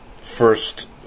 first